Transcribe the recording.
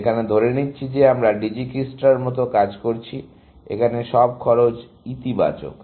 এখানে ধরে নিচ্ছি যে আমরা ডিজিকিস্ট্রার মতো কাজ করছি এখানে সব খরচ ইতিবাচক